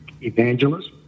evangelist